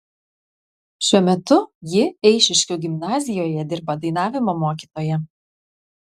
šiuo metu ji eišiškių gimnazijoje dirba dainavimo mokytoja